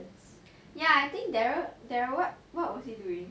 ya I think darrell what was he doing